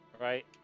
right